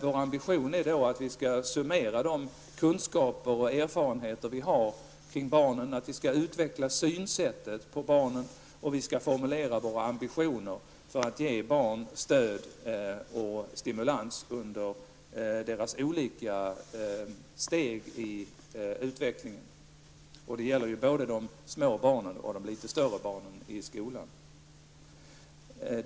Vår ambition är att vi skall summera de kunskaper och erfarenheter som vi har kring barnen, vi skall utveckla synsättet på barnen och vi skall formulera våra ambitioner att ge barn stöd och stimulans under deras olika steg i utvecklingen. Det gäller både de små barnen och de litet större barnen i skolan.